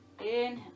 Inhale